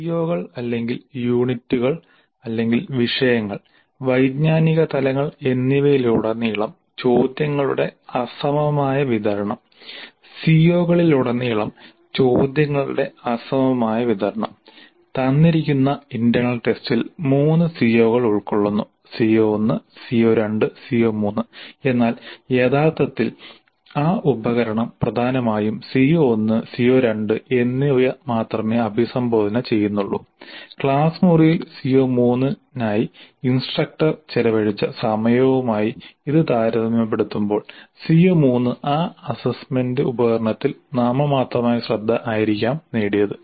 സിഒകൾ അല്ലെങ്കിൽ യൂണിറ്റുകൾ അല്ലെങ്കിൽ വിഷയങ്ങൾ വൈജ്ഞാനിക തലങ്ങൾ എന്നിവയിലുടനീളം ചോദ്യങ്ങളുടെ അസമമായ വിതരണം സിഒകളിലുടനീളം ചോദ്യങ്ങളുടെ അസമമായ വിതരണം തന്നിരിക്കുന്ന ഇന്റെർണൽ ടെസ്റ്റിൽ മൂന്ന് CO കൾ ഉൾക്കൊള്ളുന്നു CO1 CO2 CO3 എന്നാൽ യഥാർത്ഥത്തിൽ ആ ഉപകരണം പ്രധാനമായും CO1 CO2 എന്നിവ മാത്രമേ അഭിസംബോധന ചെയ്യുന്നുള്ളൂക്ലാസ് മുറിയിൽ CO3 ക്കായി ഇൻസ്ട്രക്ടർ ചെലവഴിച്ച സമയവുമായി ഇത് താരതമ്യപ്പെടുത്തുമ്പോൾ CO3 ആ അസ്സസ്സ്മെന്റ് ഉപകരണത്തിൽ നാമമാത്രമായ ശ്രദ്ധ ആയിരിക്കാം നേടിയത്